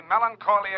melancholia